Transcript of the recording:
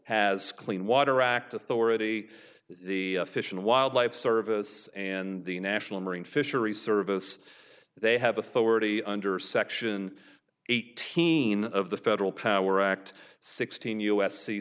has clean water act authority the fish and wildlife service and the national marine fisheries service they have authority under section eighteen of the federal power act sixteen u s c